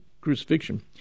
crucifixion